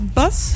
bus